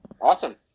awesome